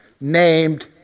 named